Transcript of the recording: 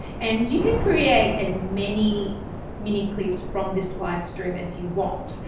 and you can create as many mini clips from this live stream as you want.